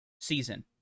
season